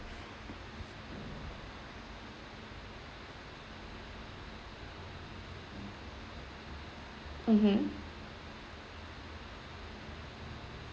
mmhmm